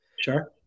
Sure